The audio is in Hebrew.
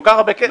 כל כך הרבה כסף.